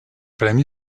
premi